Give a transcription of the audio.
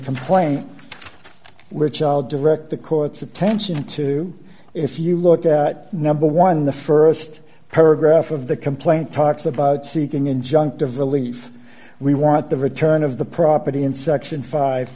complaint which i'll direct the court's attention to if you look at number one the st paragraph of the complaint talks about seeking injunctive relief we want the return of the property in section five